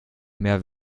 mehr